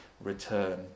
return